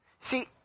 See